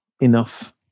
enough